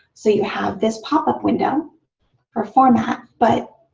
so you have this pop-up window for format, but